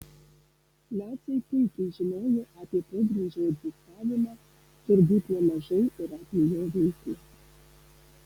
naciai puikiai žinojo apie pogrindžio egzistavimą turbūt nemažai ir apie jo veiklą